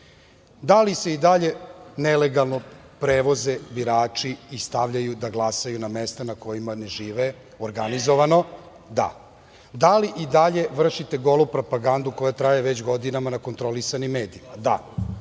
li se i dalje nelegalno prevoze birači i stavljaju da glasaju na mesta na kojima ne žive organizovano? Da. Da li i dalje vršite golu propagandu koja traje već godinama na kontrolisanim medijima? Da.